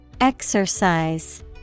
Exercise